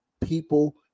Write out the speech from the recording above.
people